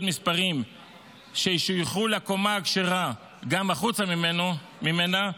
מספרים ששויכו לקומה הכשרה גם החוצה ממנה,